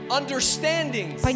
understandings